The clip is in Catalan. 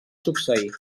succeir